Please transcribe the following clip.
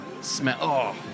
smell